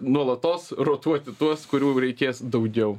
nuolatos rotuoti tuos kurių reikės daugiau